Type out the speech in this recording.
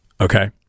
Okay